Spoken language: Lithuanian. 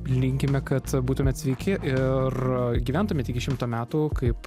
linkime kad būtumėt sveiki ir gyventumėt iki šimto metų kaip